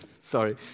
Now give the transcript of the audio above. sorry